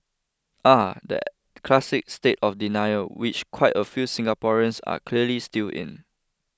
the classic state of denial which quite a few Singaporeans are clearly still in